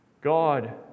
God